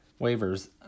waivers